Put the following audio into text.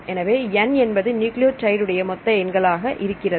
எனவே N என்பது nucleotide உடைய மொத்த எண்களாக இருக்கிறது